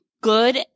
good